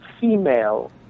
female